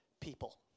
people